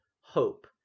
hope